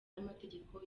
y’amategeko